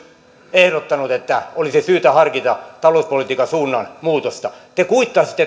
ehdottanut että olisi syytä harkita talouspolitiikan suunnanmuutosta te kuittasitte